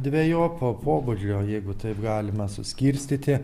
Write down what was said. dvejopo pobūdžio jeigu taip galima suskirstyti